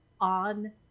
on